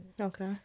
Okay